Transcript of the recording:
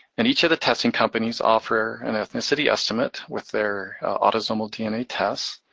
and each of the testing companies offer an ethnicity estimate with their autosomal dna test.